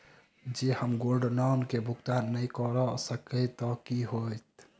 जँ हम gold loan केँ भुगतान न करऽ सकबै तऽ की होत?